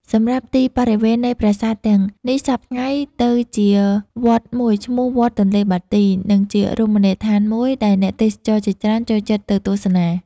សម្រាប់ទីបរិវេណនៃប្រាសាទទាំងនេះសព្វថៃ្ងទៅជាវត្តមួយឈ្មោះ វត្តទនេ្លបាទី និងជារមណីដ្ឋានមួយ ដែលអ្នកទេសចរណ៍ជាច្រើនចូលចិត្តទៅទស្សនា។